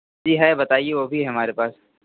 जी है बताइए वह भी है हमारे पास